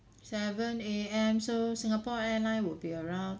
seven A_M so singapore airline would be around